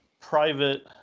private